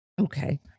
Okay